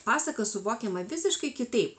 pasaka suvokiama visiškai kitaip